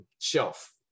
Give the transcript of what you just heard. shelf